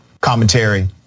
commentary